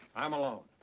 i'm alone.